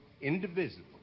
indivisible